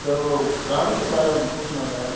sir वो कान के बारे में पूछना था